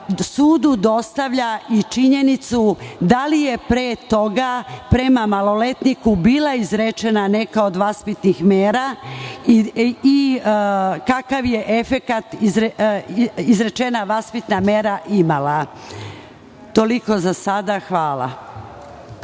sudu dostavlja i činjenicu da li je pre toga prema maloletniku bila izrečena neka od vaspitnih mera i kakav je efekat izrečena vaspitna mera imala. Toliko za sada. Hvala.